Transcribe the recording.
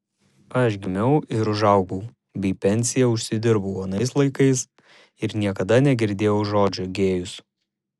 aš gimiau ir užaugau bei pensiją užsidirbau anais laikais ir niekada negirdėjau žodžio gėjus